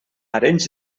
arenys